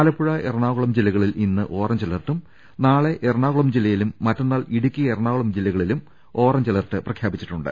ആലപ്പുഴ എറണാകുളം ജില്ലകളിൽ ഇന്ന് ഓറഞ്ച് അലർട്ടും നാളെ എറണാകുളം ജില്ലയിലും മറ്റന്നാൾ ഇടുക്കി എറണാകുളം ജില്ലകളിൽ ഓറഞ്ച് അലർട്ടും പ്രഖ്യാപിച്ചിട്ടുണ്ട്